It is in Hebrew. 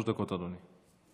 שלוש דקות, אדוני.